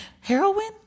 heroin